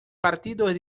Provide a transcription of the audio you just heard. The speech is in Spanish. partidos